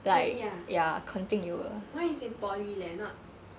really ah mine is in poly leh not